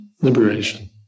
Liberation